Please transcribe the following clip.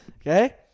okay